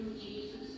Jesus